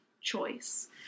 choice